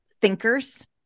thinkers